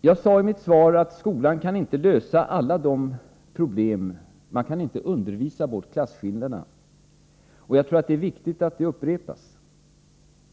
Jag sade i mitt svar att skolan inte kan lösa alla problem. Vi kant.ex. inte undervisa bort klasskillnaderna. Jag tror att det är viktigt att detta upprepas.